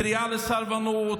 קריאה לסרבנות,